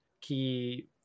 key